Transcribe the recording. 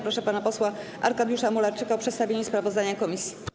Proszę pana posła Arkadiusza Mularczyka o przedstawienie sprawozdania komisji.